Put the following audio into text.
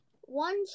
one